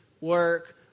work